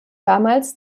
damals